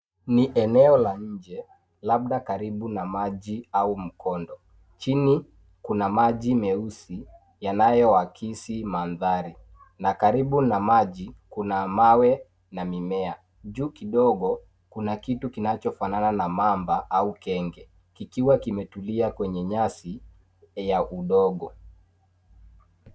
Ni eneo la nje labda karibu na maji au mkondo. Chini, kuna maji meusi yanayoakisi mandhari na karibu na maji kuna mawe na mimea. Juu kidogo, kuna kitu kinachofanana na mamba au kenge kikiwa kimetulia kwenye nyasi ya udogo.